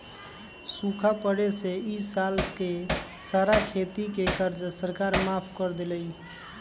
सूखा पड़े से ई साल के सारा खेती के कर्जा सरकार माफ कर देलई